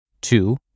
Two